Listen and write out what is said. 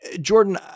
Jordan